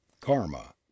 Karma